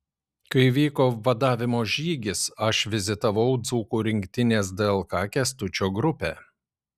kai vyko vadavimo žygis aš vizitavau dzūkų rinktinės dlk kęstučio grupę